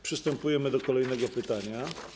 Przystępujemy do kolejnego pytania.